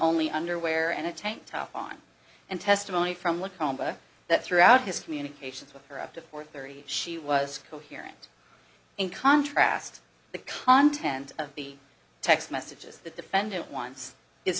only underwear and a tank top on and testimony from look homa that throughout his communications with her up to four thirty she was coherent in contrast the content of the text messages the defendant once is